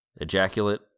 Ejaculate